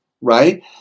right